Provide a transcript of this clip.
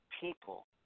people